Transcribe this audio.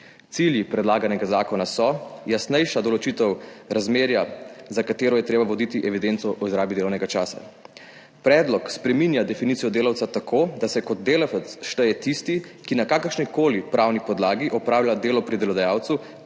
Cilji predlaganega zakona so jasnejša določitev razmerja, za katerega je treba voditi evidenco o izrabi delovnega časa. Predlog spreminja definicijo delavca tako, da se kot delavec šteje tisti, ki na kakršni koli pravni podlagi opravlja delo pri delodajalcu